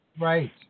Right